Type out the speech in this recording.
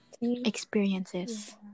experiences